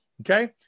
Okay